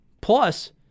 Plus